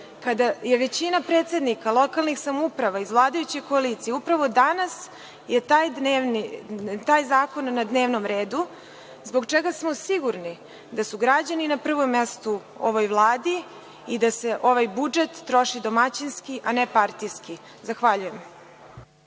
kada je većina predsednika lokalnih samouprava iz vladajuće koalicije, upravo danas je taj zakon na dnevnom redu zbog čega smo sigurni da su građani na prvom mestu ovoj Vladi i da se ovaj budžet troši domaćinski, a ne partijski. Zahvaljujem.